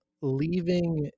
leaving